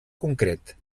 concret